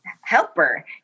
Helper